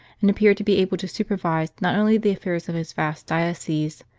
and appeared to be able to supervise, not only the affairs of his vast diocese,